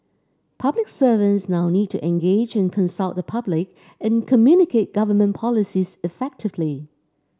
public servants now need to engage and consult the public and communicate government policies effectively